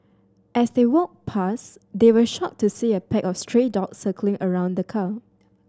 as they walked pass they were shocked to see a pack of stray dogs circling around the car